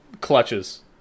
Clutches